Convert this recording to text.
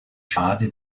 schade